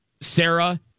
Sarah